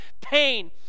pain